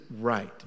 right